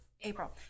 April